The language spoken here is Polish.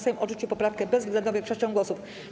Sejm odrzucił poprawkę bezwzględną większością głosów.